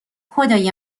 خدای